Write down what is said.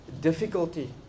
difficulty